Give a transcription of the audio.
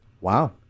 Wow